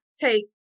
take